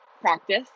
practice